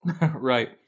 Right